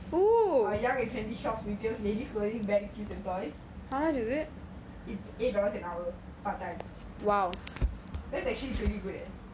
our young and trendy shops sells ladies clothing bags and toys it's eight dollars an hour part time that's actually pretty good eh